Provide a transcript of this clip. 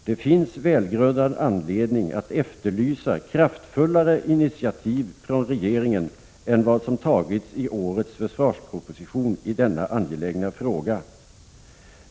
Det finns välgrundad anledning att efterlysa kraftfullare initiativ från regeringen än vad som tagits i årets försvarsproposition i denna angelägna fråga.